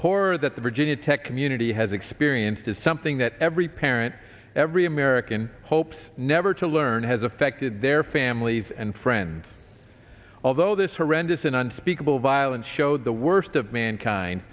horror that the virginia tech community has experienced is something that every parent every american hopes never to learn has affected their families and friends although this horrendous and unspeakable violence showed the worst of mankind